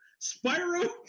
Spyro